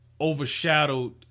overshadowed